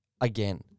again